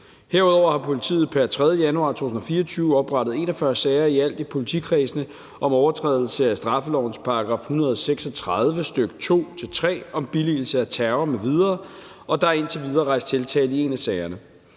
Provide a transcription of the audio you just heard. Herudover har politiet pr. 3. januar 2024 oprettet 41 sager i alt i politikredsene om overtrædelse af straffelovens § 136, stk. 2-3, om billigelse af terror m.v., og der er indtil videre rejst tiltale i 1 af sagerne.